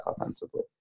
offensively